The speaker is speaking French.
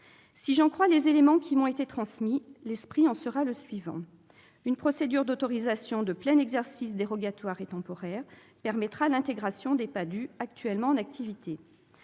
Si j'en crois les éléments qui m'ont été transmis, l'esprit en sera le suivant : une procédure d'autorisation de plein exercice dérogatoire et temporaire permettra l'intégration des PADHUE actuellement en activité